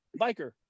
biker